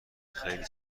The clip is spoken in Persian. خیلی